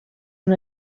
una